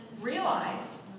realized